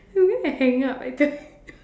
do we hang up at the